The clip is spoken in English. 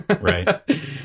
Right